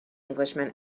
englishman